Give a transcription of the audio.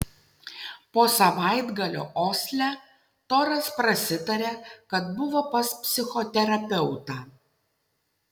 po savaitgalio osle toras prasitarė kad buvo pas psichoterapeutą